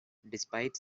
despite